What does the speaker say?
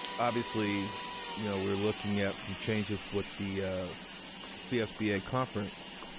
obviously you know we're looking at some changes with the csba conference,